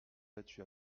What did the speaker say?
battu